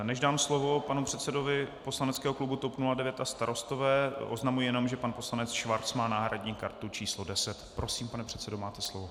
Než dám slovo panu předsedovi poslaneckého klubu TOP 09 a Starostové, oznamuji jenom, že pan poslanec Schwarz má náhradní kartu číslo 10. Prosím, pane předsedo, máte slovo.